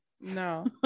No